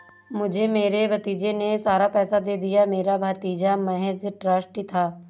मुझे मेरे भतीजे ने सारा पैसा दे दिया, मेरा भतीजा महज़ ट्रस्टी था